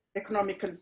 economic